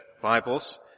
Bibles